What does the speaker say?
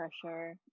pressure